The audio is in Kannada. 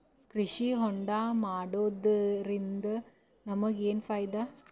ಕೃಷಿ ಹೋಂಡಾ ಮಾಡೋದ್ರಿಂದ ನಮಗ ಏನ್ ಫಾಯಿದಾ?